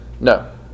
No